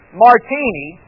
martini